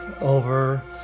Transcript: over